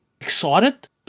excited